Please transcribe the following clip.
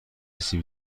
سیب